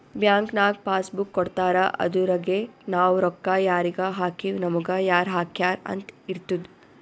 bank ನಾಗ್ passbook ಕೊಡ್ತಾರ ಅದುರಗೆ ನಾವ್ ರೊಕ್ಕಾ ಯಾರಿಗ ಹಾಕಿವ್ ನಮುಗ ಯಾರ್ ಹಾಕ್ಯಾರ್ ಅಂತ್ ಇರ್ತುದ್